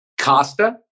Costa